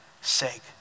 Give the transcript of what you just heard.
sake